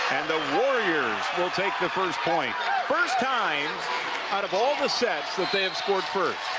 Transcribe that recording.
and the warriors will take the first point first time out of all the sets that they have scored first.